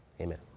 Amen